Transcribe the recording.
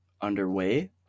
underway